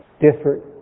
different